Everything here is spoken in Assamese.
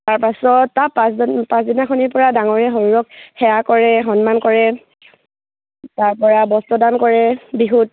তাৰপাছত তাৰ পাঁচজন পাছদিনাখনৰ পৰা ডাঙৰে সৰুক সেৱা কৰে সন্মান কৰে তাৰপৰা বস্ত্ৰদান কৰে বিহুত